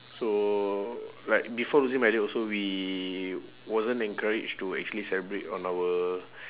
so like before losing my dad also we wasn't encouraged to actually celebrate on our